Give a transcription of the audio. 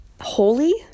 holy